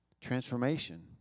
Transformation